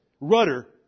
rudder